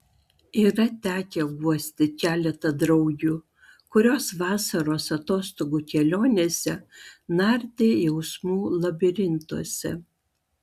yra tekę guosti keletą draugių kurios vasaros atostogų kelionėse nardė jausmų labirintuose